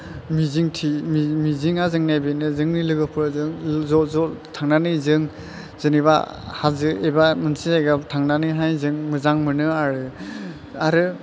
मिजिं मिजिङा जोंना बेनो जोंनि लाेगोफोरजों ज' ज' थानानै जों जेनोबा हाजो एबा मोनसे जायगायाव थांनानैहाय जों माेजां मोनो आरो आरो